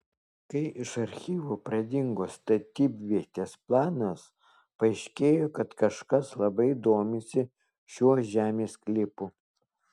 kai iš archyvo pradingo statybvietės planas paaiškėjo kad kažkas labai domisi šiuo žemės sklypu